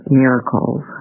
miracles